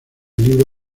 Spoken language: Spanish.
libro